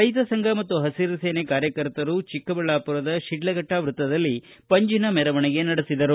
ರೈತ ಸಂಘ ಮತ್ತು ಹಸಿರುಸೇನೆ ಕಾರ್ಯಕರ್ತರು ಚಿಕ್ಕಬಳ್ಳಾಪುರದ ಶಿಢ್ಲಘಟ್ಟಾ ವೃತ್ತದಲ್ಲಿ ಪಂಜಿನ ಮೆರವಣೆಗೆ ನಡೆಸಿದರು